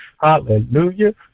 Hallelujah